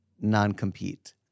non-compete